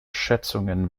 schätzungen